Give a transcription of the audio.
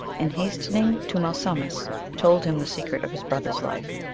and hastening to mal sumsis told him the secret of his brother s life.